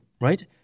right